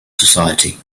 society